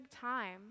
time